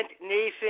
Nathan